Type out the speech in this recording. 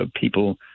people